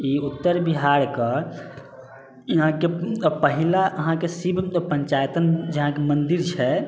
ई उत्तर बिहारक यहाँके पहिला अहाँके शिवके पञ्चायतन अहाँके मन्दिर छै